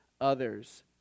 others